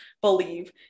believe